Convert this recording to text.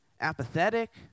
apathetic